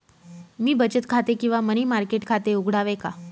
मी बचत खाते किंवा मनी मार्केट खाते उघडावे का?